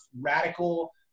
radical